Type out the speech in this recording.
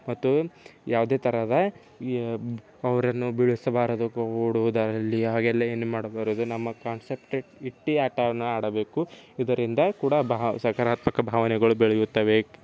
ಮತ್ತು ಯಾವುದೇ ತರಹದ ಅವರನ್ನು ಬೀಳಿಸಬಾರದು ಓಡೋದರಲ್ಲಿ ಹಾಗೆಲ್ಲ ಏನು ಮಾಡಬಾರದು ನಮ್ಮ ಕಾನ್ಸಟ್ರೇಟ್ ಇಟ್ಟು ಆಟವನ್ನು ಆಡಬೇಕು ಇದರಿಂದ ಕೂಡ ಬಹ ಸಕಾರಾತ್ಮಕ ಭಾವನೆಗಳು ಬೆಳೆಯುತ್ತವೆ